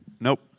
Nope